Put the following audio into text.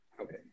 Okay